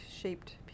shaped